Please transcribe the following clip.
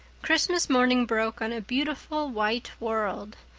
christmas morning broke on a beautiful white world.